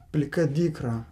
plika dykra